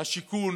השיכון